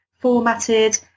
formatted